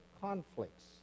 conflicts